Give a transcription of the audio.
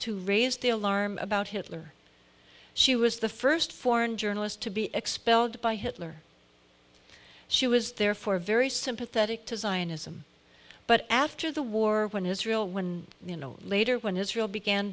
to raise the alarm about hitler she was the first foreign journalist to be expelled by hitler she was therefore are very sympathetic to zionism but after the war when israel when you know later when israel began